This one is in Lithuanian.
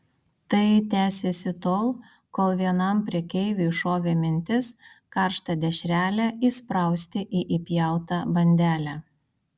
tai tęsėsi tol kol vienam prekeiviui šovė mintis karštą dešrelę įsprausti į įpjautą bandelę